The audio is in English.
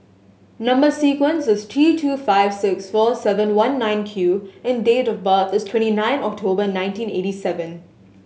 number sequence is T two five six four seven one nine Q and date of birth is twenty nine October nineteen eighty seven